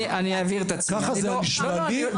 כך זה היה נשמע לי,